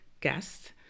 guests